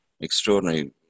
extraordinary